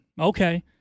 Okay